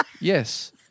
Yes